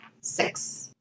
Six